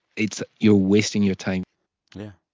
it's you're wasting your time yeah.